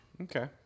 Okay